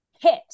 HIT